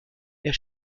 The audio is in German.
der